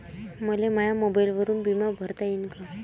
मले माया मोबाईलवरून बिमा भरता येईन का?